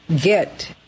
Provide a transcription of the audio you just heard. get